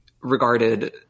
regarded